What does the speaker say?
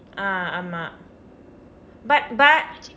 ah ஆமாம்:aamaam but but